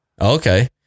Okay